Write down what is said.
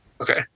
Okay